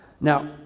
Now